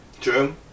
True